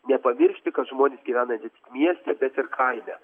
nepamiršti kad žmonės gyvena ne tik mieste bet ir kaime